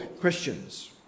Christians